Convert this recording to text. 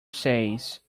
says